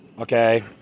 okay